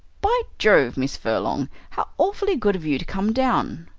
by jove! miss furlong, how awfully good of you to come down!